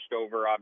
over